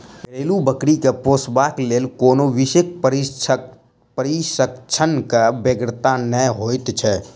घरेलू बकरी के पोसबाक लेल कोनो विशेष प्रशिक्षणक बेगरता नै होइत छै